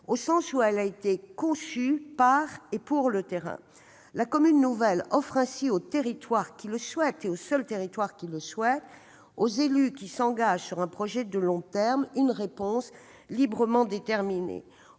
au sens où elle a été conçue par et pour le terrain. La commune nouvelle offre ainsi aux territoires qui le souhaitent, aux élus qui s'engagent sur un projet de long terme, une réponse librement déterminée.